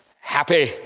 happy